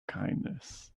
kindness